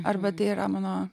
arba tai yra mano